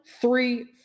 three